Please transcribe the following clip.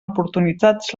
oportunitats